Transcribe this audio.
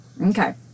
okay